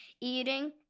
eating